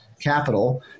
capital